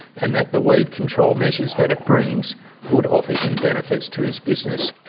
and that the weed control measures that it brings would offer him benefits to his business.